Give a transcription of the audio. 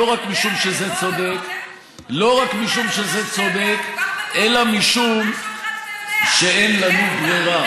לא רק משום שזה צודק, אלא משום שאין לנו ברירה.